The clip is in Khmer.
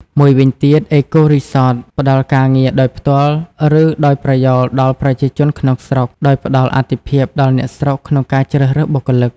មួយវិញទៀត អេកូរីសត ផ្តល់ការងារដោយផ្ទាល់ ឬដោយប្រយោលដល់ប្រជាជនក្នុងស្រុក ដោយផ្តល់អាទិភាពដល់អ្នកស្រុកក្នុងការជ្រើសរើសបុគ្គលិក។